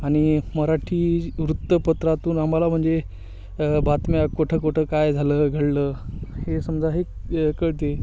आणि मराठी वृत्तपत्रातून आम्हाला म्हणजे बातम्या कुठं कुठं काय झालं घडलं हे समजा हे कळते